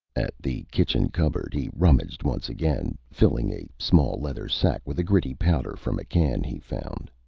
at the kitchen cupboard, he rummaged once again, filling a small leather sack with a gritty powder from a can he found.